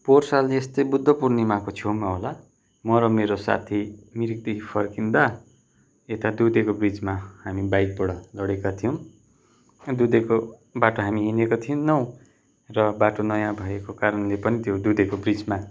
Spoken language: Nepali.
पोहोर साल यस्तै बुद्ध पूर्णिमाको छेउमा होला म र मेरो साथी मिरिकदेखि फर्किँदा यता दुधेको ब्रिजमा हामी बाइकबाट लडेका थियौँ दुधेको बाटो हामी हिँडेको थिएनौँ र बाटो नयाँ भएको कारणले पनि त्यो दुधेको ब्रिजमा